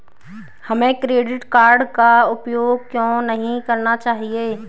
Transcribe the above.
हमें credit card का उपयोग क्यों नहीं करना चाहिए?